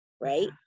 right